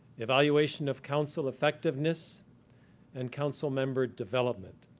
evaluation of council effectiveness and council member development,